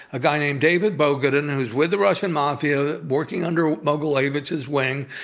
a guy named david bogatin, who was with the russian mafia working under mogilevich's wing,